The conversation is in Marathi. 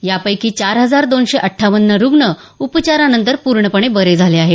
यापैकी चार हजार दोनशे अठ्ठावन्न रूग्ण उपचारानंतर पूर्णपणे बरे झाले आहेत